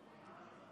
הכנסת,